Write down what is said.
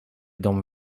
dom